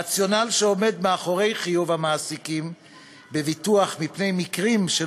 הרציונל שעומד מאחורי חיוב המעסיקים בביטוח מפני מקרים של